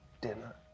dinner